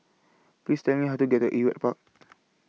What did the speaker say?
Please Tell Me How to get to Ewart Park